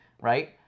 right